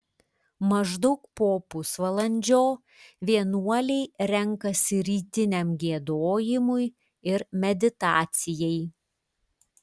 maždaug po pusvalandžio vienuoliai renkasi rytiniam giedojimui ir meditacijai